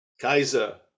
Kaiser